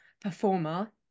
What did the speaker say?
performer